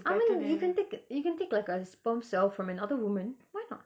I mean you can take you can take like a sperm cell from another woman why not